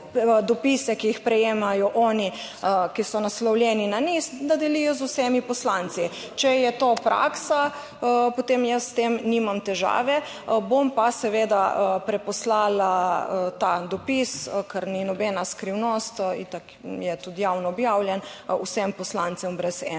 ki jih prejemajo oni, ki so naslovljeni na njih, da delijo z vsemi poslanci. Če je to praksa, potem jaz s tem nimam težave. Bom pa seveda preposlala ta dopis, ker ni nobena skrivnost, itak je tudi javno objavljen, vsem poslancem, brez ene